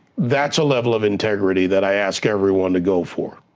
that's a level of integrity that i ask everyone to go for.